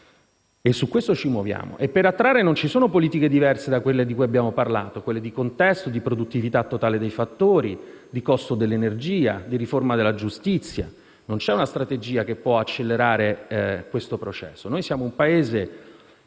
e su questo ci muoviamo. Per attrarre investimenti non esistono politiche diverse da quelle di cui abbiamo parlato, quelle di contesto, di produttività totale dei fattori, di costo dell'energia, di riforma della giustizia; non c'è una strategia che può accelerare tale processo. Siamo un Paese